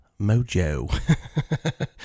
Mojo